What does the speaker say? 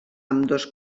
ambdós